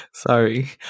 Sorry